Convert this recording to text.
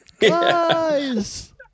Guys